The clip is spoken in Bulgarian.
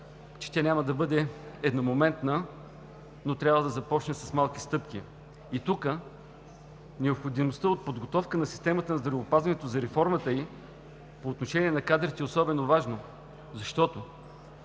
че тя няма да бъде едномоментна, но трябва да започне с малки стъпки. Тук необходимостта от подготовка на системата на здравеопазването за реформата ѝ по отношение на кадрите е особено важно, защото